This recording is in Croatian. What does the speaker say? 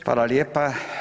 Hvala lijepa.